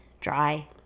dry